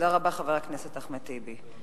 תודה רבה, חבר הכנסת אחמד טיבי.